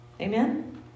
Amen